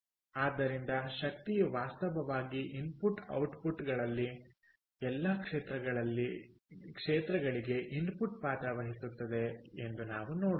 ಆದ್ದರಿಂದ ಶಕ್ತಿಯು ವಾಸ್ತವವಾಗಿ ಇನ್ಪುಟ್ ಔಟ್ಪುಟ್ಗಳಲ್ಲಿ ಎಲ್ಲಾ ಕ್ಷೇತ್ರಗಳಿಗೆ ಇನ್ಪುಟ್ ಪಾತ್ರ ವಹಿಸುತ್ತದೆ ಎಂದು ನಾವು ನೋಡುತ್ತೇವೆ